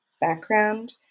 background